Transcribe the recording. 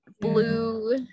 blue